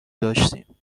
داشتیم